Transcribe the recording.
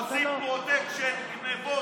עבאס, עבאס, רק שאלה.